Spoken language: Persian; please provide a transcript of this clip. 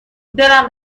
دلم